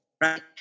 right